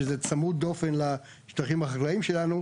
שזה צמוד דופן לשטחים החקלאים שלנו,